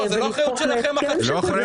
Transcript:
זה הסכם